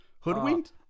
Hoodwinked